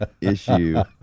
issue